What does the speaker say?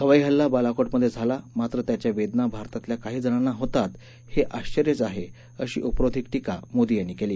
हवाई हल्ला बालाकोटमधे झाला मात्र त्याच्या वेदना भारतातल्या काहीजणांना होतात हे आश्वर्यच आहे अशी उपरोधिक टीका मोदी यांनी केली